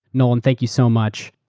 nolan, thank you so much.